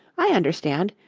i understand.